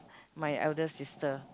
my elder sister